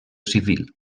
civil